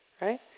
right